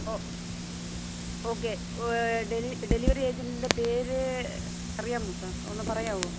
ഓഹ് okay ഓഹ് delivery ഏജൻ്റിൻ്റെ പേര് അറിയാമോ സാർ ഒന്നു പറയാമോ